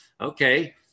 Okay